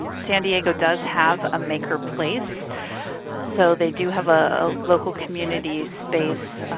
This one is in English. san diego does have a maker place so they do have a local community space.